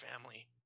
family